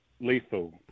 lethal